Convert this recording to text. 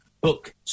book